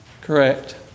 Correct